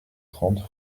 trente